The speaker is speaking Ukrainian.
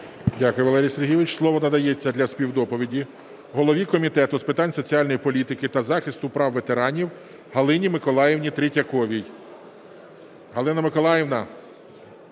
Дякую, Валерій Сергійович. Слово надається для співдоповіді голові Комітету з питань соціальної політики та захисту прав ветеранів Галині Миколаївні Третьяковій. Галина Миколаївна,